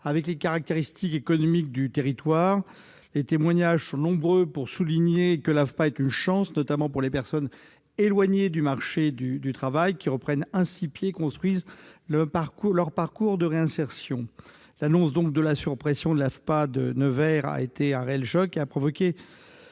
avec les caractéristiques économiques du territoire. Les témoignages sont nombreux pour souligner à quel point l'AFPA est une chance, notamment pour les personnes éloignées du marché du travail, qui reprennent ainsi pied et construisent leur parcours de réinsertion. L'annonce de la suppression du centre de l'AFPA de Nevers a donc été un réel choc. Elle a suscité